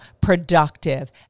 productive